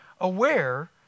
aware